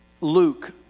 Luke